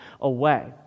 away